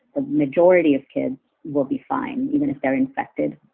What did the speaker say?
the majority of kids will be fine even if they're infected,